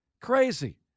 Crazy